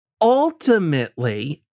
ultimately